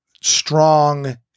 strong